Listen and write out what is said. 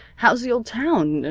how's the old town?